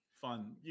Fun